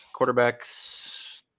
quarterbacks